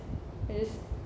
I just